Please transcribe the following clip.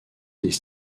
des